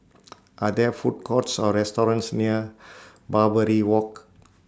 Are There Food Courts Or restaurants near Barbary Walk